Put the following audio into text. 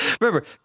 remember